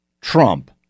Trump